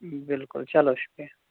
بِلکُل چلو شُکریہ